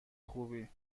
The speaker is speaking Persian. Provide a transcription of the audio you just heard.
خوبی